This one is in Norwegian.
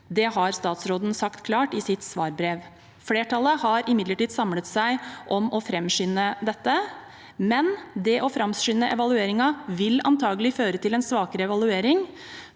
Det har statsråden sagt klart i sitt svarbrev. Flertallet har imidlertid samlet seg om å framskynde dette. Det å framskynde evalueringen vil antakelig føre til en svakere evaluering,